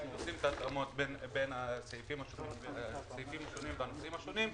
אנחנו עושים את ההתאמות בין הפריטים השונים והנושאים השונים.